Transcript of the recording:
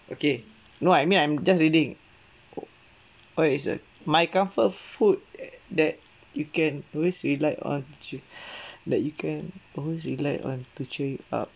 okay no I mean I'm just reading what is uh my comfort food that you can always relied on to that you can always relied on to cheer you up